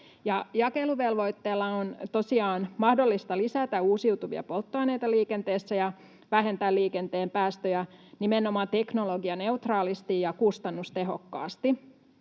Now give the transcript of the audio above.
Jakeluvelvoitteella on tosiaan mahdollista lisätä uusiutuvia polttoaineita liikenteessä ja vähentää liikenteen päästöjä nimenomaan teknologianeutraalisti ja kustannustehokkaasti.